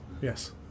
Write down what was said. Yes